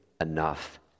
enough